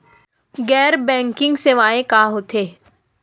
गैर बैंकिंग सेवाएं का होथे?